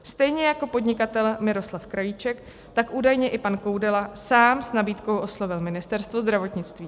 Stejně jako podnikatel Miroslav Krajíček, tak údajně i pan Koudela sám s nabídkou oslovil Ministerstvo zdravotnictví.